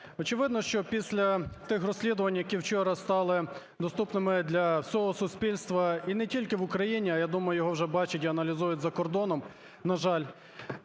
Очевидно, що після тих розслідувань, які вчора стали доступними для всього суспільства і не тільки в Україні, а я думаю, його вже бачать і аналізують за кордоном, на жаль,